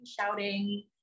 shouting